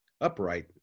upright